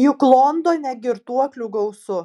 juk londone girtuoklių gausu